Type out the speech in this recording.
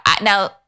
Now